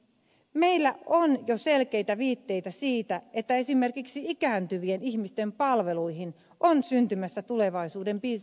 meillä on jo selkeitä viitteitä siitä että esimerkiksi ikääntyvien ihmisten palveluihin on syntymässä tulevaisuuden bisnesmarkkinat